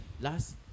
Last